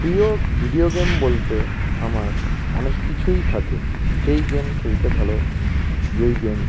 প্রিয় video game বলতে আমার অনেক কিছুই থাকে যেই গেম খেলতে ভালো যেই গেম